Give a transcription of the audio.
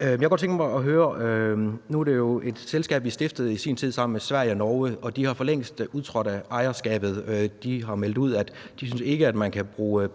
fortsat skal eje SAS-aktier. Nu er det jo et selskab, vi i sin tid stiftede sammen med Sverige og Norge, og de er for længst udtrådt af ejerskabet. De har meldt ud, at de ikke synes, man kan bruge